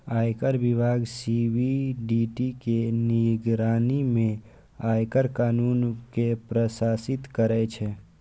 आयकर विभाग सी.बी.डी.टी के निगरानी मे आयकर कानून कें प्रशासित करै छै